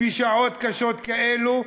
בשעות קשות כאלה,